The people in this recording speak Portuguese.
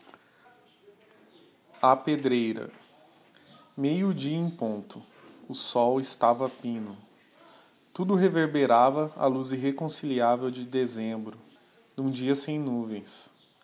a pedreira meio-dia em ponto o sol estava a pino tudo reverberava á luz irreconciliável de dezembro n'um dia bem nuvens